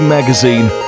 Magazine